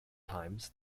times